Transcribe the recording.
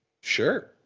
Sure